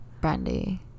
brandy